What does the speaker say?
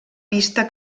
pista